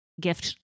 gift